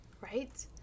Right